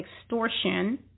extortion